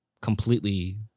completely